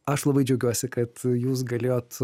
aš labai džiaugiuosi kad jūs galėjot